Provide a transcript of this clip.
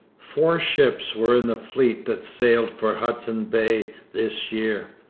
four ships were in the fleet that sailed for hudson bay this year.